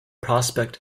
prospect